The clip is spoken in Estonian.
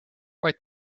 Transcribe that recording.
vaid